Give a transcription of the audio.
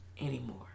anymore